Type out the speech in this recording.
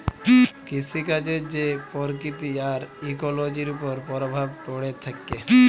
কিসিকাজের যে পরকিতি আর ইকোলোজির উপর পরভাব প্যড়ে থ্যাকে